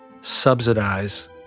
subsidize